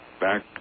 back